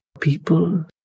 people